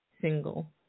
single